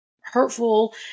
hurtful